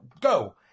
go